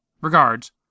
Regards